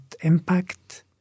impact